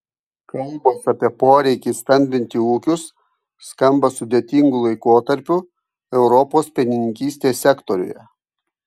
kalbos apie poreikį stambinti ūkius skamba sudėtingu laikotarpiu europos pienininkystės sektoriuje